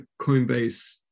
Coinbase